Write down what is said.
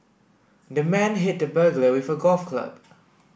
the man hit the burglar with a golf club